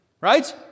right